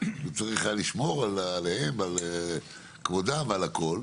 וצריך היה לשמור עליהם ועל כבודם ועל הכל,